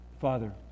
Father